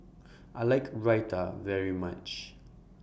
I like Raita very much